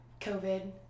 COVID